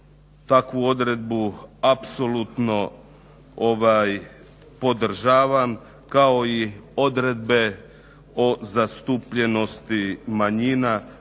Takvu odredbu apsolutno podržavam, kao i odredbe o zastupljenosti manjina